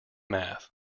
math